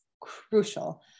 crucial